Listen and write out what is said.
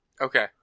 Okay